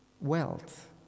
wealth